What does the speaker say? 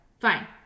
fine